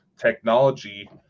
technology